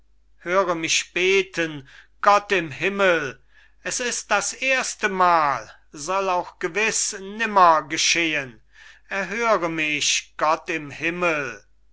höre mich beten gott im himmel es ist das erstemal soll auch gewiß nimmer geschehen erhöre mich gott im himmel